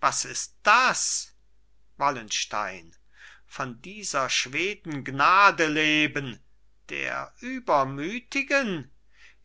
was ist das wallenstein von dieser schweden gnade leben der übermütigen